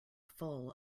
full